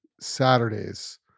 Saturdays